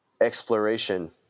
exploration